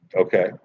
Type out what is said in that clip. okay